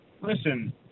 listen